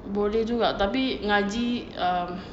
boleh juga tapi ngaji um